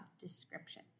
description